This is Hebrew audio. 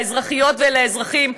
לאזרחיות ולאזרחים,